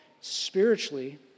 spiritually